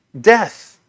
Death